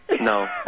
No